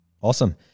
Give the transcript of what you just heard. awesome